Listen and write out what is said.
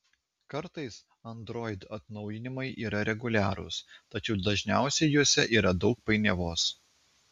kartais android atnaujinimai yra reguliarūs tačiau dažniausiai juose yra daug painiavos